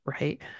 right